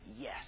yes